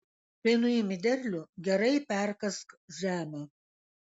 kai nuimi derlių gerai perkask žemę